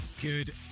Good